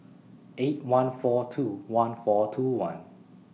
eight one four two one four two one